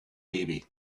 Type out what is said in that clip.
baby